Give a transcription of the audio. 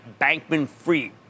Bankman-Fried